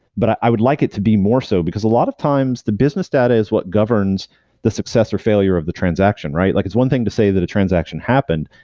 but i would like it to be more so, because a lot of times the business data is what governs the success or failure of the transaction. like it's one thing to say that a transaction happened,